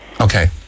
okay